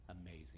amazing